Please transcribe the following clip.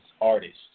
artists